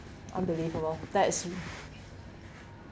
unbelievable that is you